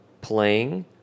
playing